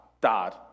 Dad